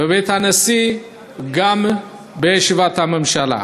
בבית הנשיא וגם בישיבת הממשלה.